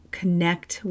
connect